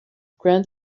grant